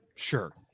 Sure